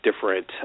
different